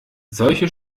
solche